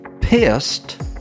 pissed